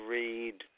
read